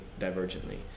divergently